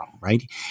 right